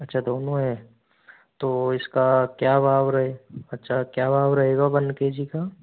अच्छा दोनों है तो इसका क्या भाव रहे अच्छा क्या भाव रहेगा वन के जी का